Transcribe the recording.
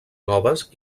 noves